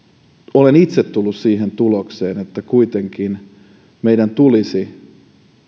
olen itse tullut siihen tulokseen että kuitenkin meidän tulisi